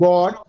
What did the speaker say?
God